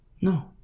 no